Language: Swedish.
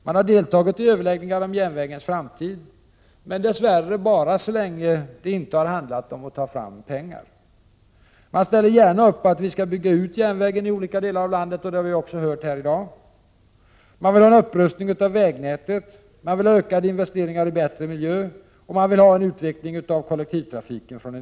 Man har deltagit i överläggningar om järnvägens framtid, men dess värre bara så länge det inte har handlat om att ta fram pengar. Man ställer gärna upp på att vi skall bygga ut järnvägen i olika delar av landet, och det har vi ju också hört här i dag. Man vill ha en upprustning av vägnätet, en ökning av investeringarna för en bättre miljö, och somliga vill ha en utökning av kollektivtrafiken.